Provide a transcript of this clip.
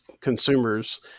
consumers